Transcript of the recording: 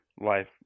life